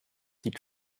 sieht